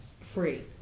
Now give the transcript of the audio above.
free